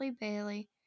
Bailey